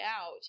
out